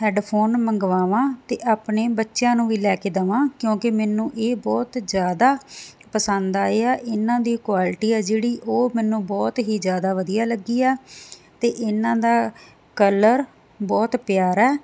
headphone ਮੰਗਵਾਵਾਂ ਤੇ ਆਪਣੇ ਬੱਚਿਆਂ ਨੂੰ ਵੀ ਲੈ ਕੇ ਦਵਾਂ ਕਿਉਂਕਿ ਮੈਨੂੰ ਇਹ ਬਹੁਤ ਜਿਆਦਾ ਪਸੰਦ ਆਏ ਆ ਇਹਨਾਂ ਦੀ ਕੁਆਲਿਟੀ ਆ ਜਿਹੜੀ ਉਹ ਮੈਨੂੰ ਬਹੁਤ ਹੀ ਜਿਆਦਾ ਵਧੀਆ ਲੱਗੀ ਆ ਤੇ ਇਹਨਾਂ ਦਾ ਕਲਰ ਬਹੁਤ ਪਿਆਰਾ